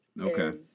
Okay